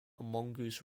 mongoose